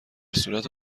صورت